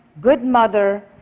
good mother,